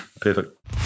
Perfect